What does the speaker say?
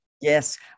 Yes